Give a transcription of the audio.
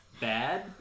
bad